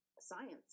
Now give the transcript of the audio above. science